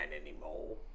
anymore